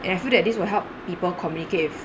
and I feel that this will help people communicate with